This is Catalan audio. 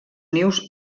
nius